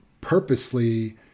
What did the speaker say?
purposely